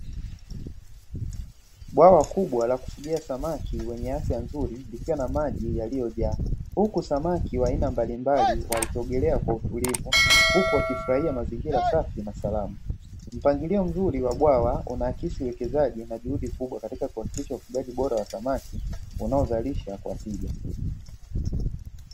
Bwawa kubwa la kufugia samaki wenye afya nzuri, likiwa na maji yaliyojaa, huku samaki mbalimbali wakiogelea kwa utulivu, huku wakifurahia mazingira safi na salama. Mpangilio mzuri wa bwawa unaakisi uwekezaji na juhudi kubwa katika kuhakikisha ufugaji bora wa samaki unaozalisha kwa tija.